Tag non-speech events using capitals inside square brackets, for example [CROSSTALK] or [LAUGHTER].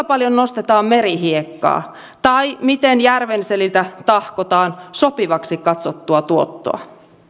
[UNINTELLIGIBLE] paljon nostetaan merihiekkaa tai miten järvenseliltä tahkotaan sopivaksi katsottua tuottoa